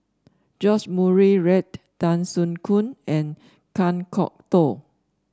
George Murray Reith Tan Soo Khoon and Kan Kwok Toh